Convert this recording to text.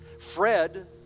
Fred